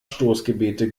stoßgebete